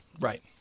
Right